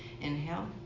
Inhale